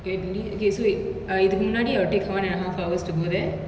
ketli okay so it err இதுக்கு முன்னாடி அவ:ithuku munnaadi ava take one and a half hours to go there